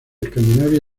escandinavia